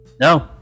No